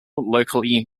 locally